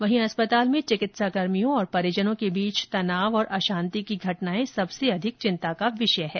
वहीं अस्पताल में चिकित्साकर्मियों और परिजनों के बीच तनाव तथा अशांति की घटनाएं सबसे अधिक चिंता का विषय है